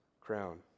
crown